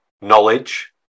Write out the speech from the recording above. knowledge